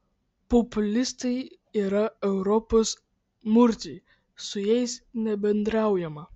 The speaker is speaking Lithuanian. populistai yra europos murziai su jais nebendraujama